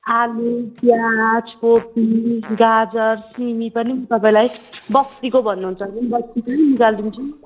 आलु प्याज कोपी गाजर सिमी पनि तपाईँलाई बस्तीको भन्नुहुन्छ भने बस्तीकै निकाली दिन्छु